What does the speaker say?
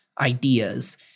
ideas